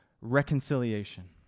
reconciliation